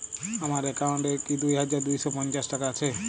আমার অ্যাকাউন্ট এ কি দুই হাজার দুই শ পঞ্চাশ টাকা আছে?